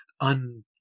un